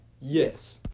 yes